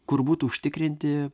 kur būtų užtikrinti